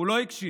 הוא לא הקשיב.